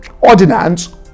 ordinance